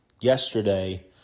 Yesterday